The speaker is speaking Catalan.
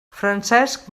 francesc